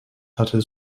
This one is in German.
hatte